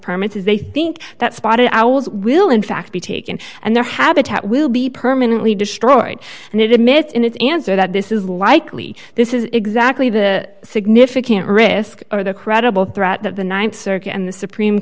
is they think that spotted owls will in fact be taken and their habitat will be permanently destroyed and it emits in its answer that this is likely this is exactly the significant risk or the credible threat that the th circuit and the supreme